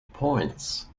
points